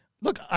look